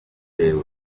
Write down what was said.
bitewe